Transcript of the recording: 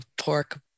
pork